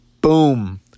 Boom